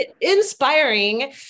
inspiring